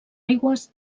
aigües